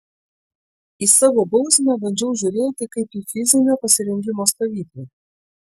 į savo bausmę bandžiau žiūrėti kaip į fizinio pasirengimo stovyklą